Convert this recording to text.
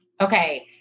Okay